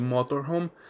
Motorhome